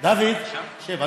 דוד, שב.